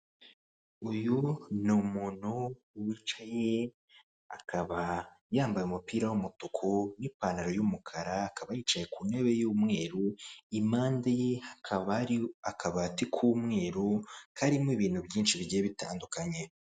Uyu ni umuntu wicaye akaba yambaye umupira w'umutuku n'ipantaro y'umukara, akaba yicaye ku ntebe y'umweru, impande ye hakaba hari akabati k'umweru karimo ibintu byinshi bigiye bitandukanye.